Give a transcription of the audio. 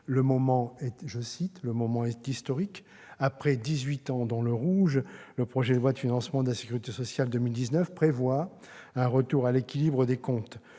le moment est historique : après dix-huit ans dans le rouge, le projet de loi de financement de la sécurité sociale pour 2019 prévoit un retour à l'équilibre des comptes.